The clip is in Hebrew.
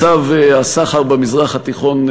מצב הסחר במזרח התיכון,